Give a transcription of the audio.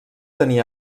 tenir